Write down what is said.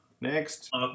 next